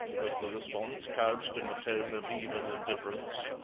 was the response, couched in a tone of even indifference.